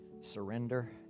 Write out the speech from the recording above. Surrender